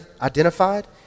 identified